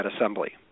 assembly